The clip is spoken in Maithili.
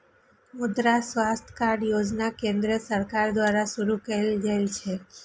मुद्रा स्वास्थ्य कार्ड योजना केंद्र सरकार द्वारा शुरू कैल गेल छै